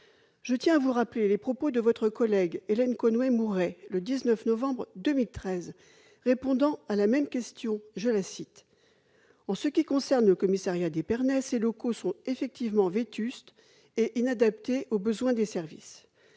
Je tiens à vous rappeler les propos de votre collègue Hélène Conway-Mouret, le 19 novembre 2013, en réponse à la même question :« En ce qui concerne le commissariat d'Épernay, ses locaux sont effectivement vétustes et inadaptés aux besoins des services. [